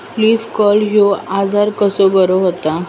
Leaf curl ह्यो आजार कसो बरो व्हता?